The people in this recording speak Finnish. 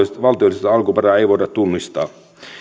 valtiollista alkuperää ei voida tunnistaa